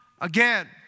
Again